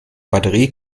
batterie